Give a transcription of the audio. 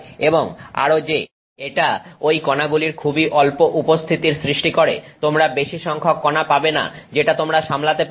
এবং আরো যে এটা ঐ কণাগুলির খুবই অল্প উপস্থিতির সৃষ্টি করে তোমরা বেশি সংখ্যক কনা পাবেনা যেটা তোমরা সামলাতে পারবে